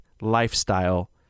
lifestyle